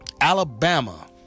Alabama